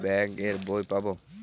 Bank এর বই পাবো?